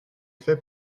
fait